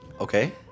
Okay